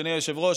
אדוני היושב-ראש,